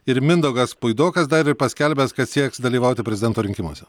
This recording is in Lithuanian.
ir mindaugas puidokas dar ir paskelbęs kad sieks dalyvauti prezidento rinkimuose